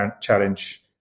challenge